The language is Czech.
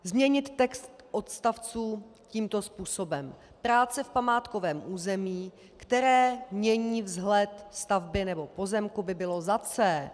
Změnit text odstavců tímto způsobem: Práce v památkovém území, které mění vzhled stavby nebo pozemku, by bylo za c).